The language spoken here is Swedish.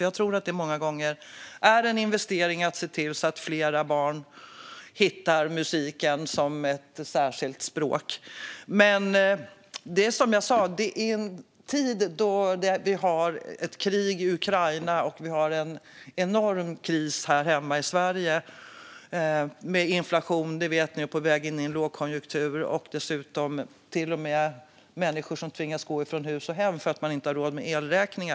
Jag tror att det många gånger är en investering som gör att fler barn hittar till musiken som ett särskilt språk. Men det är krig i Ukraina, enorm kris här hemma i Sverige och hög inflation. Vi är på väg in i en lågkonjunktur. Människor tvingas till och med gå från hus och hem för att de inte har råd att betala elräkningen.